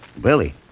Billy